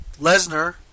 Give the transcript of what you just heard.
Lesnar